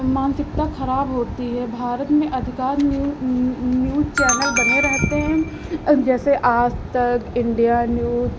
मानसिकता खराब होती है भारत में अधिकांश न्यू न्यूज़ चैनल बने रहते हैं जैसे आज़ तक इण्डिया न्यूज़